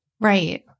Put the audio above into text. Right